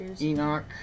Enoch